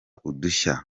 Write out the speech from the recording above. udushya